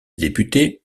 députés